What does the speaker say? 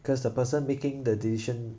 cause the person making the decision